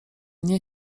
nie